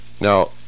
Now